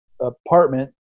apartment